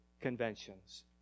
conventions